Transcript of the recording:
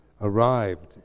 arrived